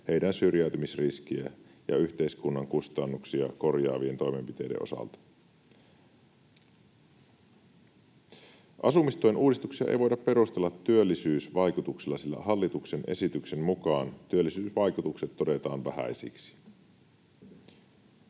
heidän syrjäytymisriskiään ja yhteiskunnan kustannuksia korjaavien toimenpiteiden osalta. ”Asumistuen uudistuksia ei voida perustella työllisyysvaikutuksilla, sillä hallituksen esityksen mukaan työllisyysvaikutukset todetaan vähäisiksi.”